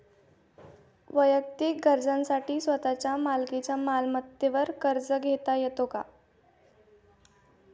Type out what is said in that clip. वैयक्तिक गरजांसाठी स्वतःच्या मालकीच्या मालमत्तेवर कर्ज घेता येतो का?